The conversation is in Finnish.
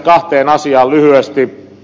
kahteen asiaan lyhyesti